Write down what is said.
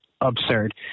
absurd